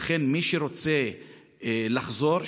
ולכן מי שרוצה לחזור,